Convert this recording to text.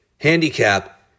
handicap